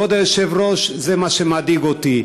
כבוד היושב-ראש, זה מה שמדאיג אותי.